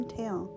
tail